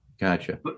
Gotcha